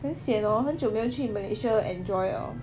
很 sian hor 很久没有去 malaysia enjoy 了